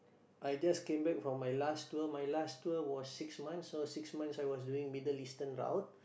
I just came back from my last tour my last tour was six months so six months I was doing Middle Eastern route